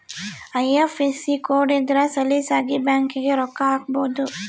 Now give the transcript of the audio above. IFSC code ಇದ್ರ ಸಲೀಸಾಗಿ ಬ್ಯಾಂಕಿಗೆ ರೊಕ್ಕ ಹಾಕ್ಬೊದು